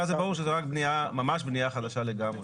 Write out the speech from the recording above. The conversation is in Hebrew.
ואז זה ברור שזה ממש בנייה חדשה לגמרי.